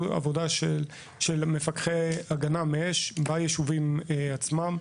עבודה של מפקחי הגנה מאש ביישובים עצמם.